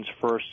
first